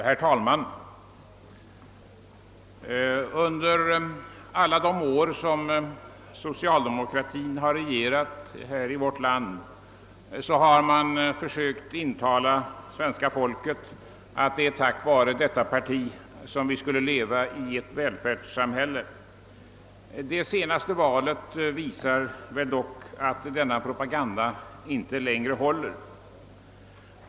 Herr talman! Under alla de år som socialdemokratien har regerat här i vårt land har man försökt intala svenska folket att det är tack vare detta parti som vi skulle leva i ett välfärdssamhälle. Det senaste valet visar väl dock att denna propaganda inte längre håller.